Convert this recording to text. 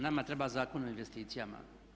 Nama treba zakon o investicijama.